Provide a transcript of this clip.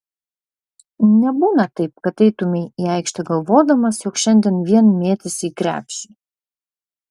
nebūna taip kad eitumei į aikštę galvodamas jog šiandien vien mėtysi į krepšį